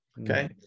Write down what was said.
Okay